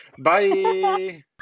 Bye